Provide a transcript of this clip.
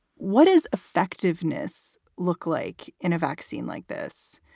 what is effectiveness look like in a vaccine like this?